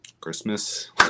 Christmas